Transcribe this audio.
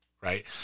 right